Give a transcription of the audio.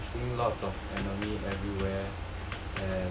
uh I'm seeing lots of enemy everywhere